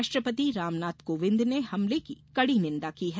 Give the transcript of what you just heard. राष्ट्रपति रामनाथ कोविंद ने हमले की कड़ी निंदा की है